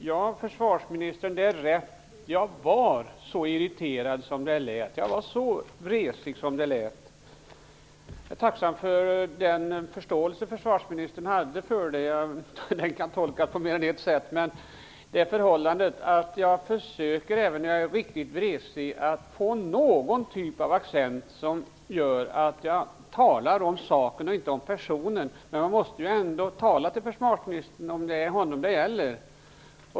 Herr talman! Det är rätt som försvarsministern sade: Jag var så irriterad som det lät. Jag är tacksam för den förståelse försvarsministern visade för detta. Man kan ju tolka det på mer än ett sätt. Även när jag är riktigt vresig försöker jag dock att tala om sak och inte person. Men jag måste ju ändå tala till försvarsministern om det är honom det gäller.